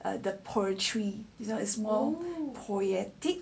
the poetry though is more poetic